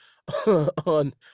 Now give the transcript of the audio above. on